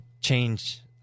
change